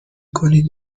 کنید